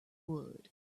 wood